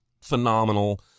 phenomenal